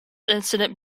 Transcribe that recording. incident